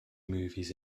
movies